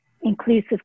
inclusive